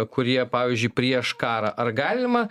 kurie pavyzdžiui prieš karą ar galima